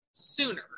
sooner